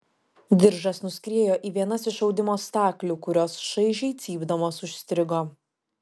diržas nuskriejo į vienas iš audimo staklių kurios šaižiai cypdamos užstrigo